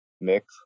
mix